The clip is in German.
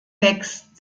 wächst